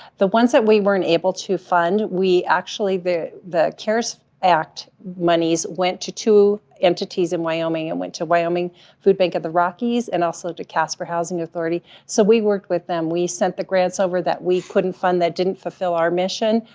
the ones that we weren't able to fund, we actually, the the cares act monies went to two entities in wyoming. it and went to wyoming food bank of the rockies, and also to casper housing authority. so we worked with them. we sent the grants over that we couldn't fund, that didn't fulfill our mission,